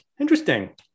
Interesting